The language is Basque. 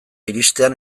iristean